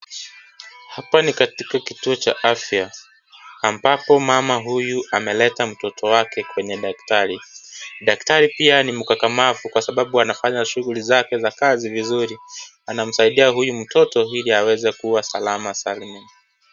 Hapa ni katika kituo cha afya amnbako mama huyu ameleta mtoto wake kwenye daktari, daktari pia ni mkakamavu kwa sababu anafanya shughuli zake za kazi vizuri anamsaidia huyu mtoto ili aweze kuwa salama salmini.